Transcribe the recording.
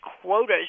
quotas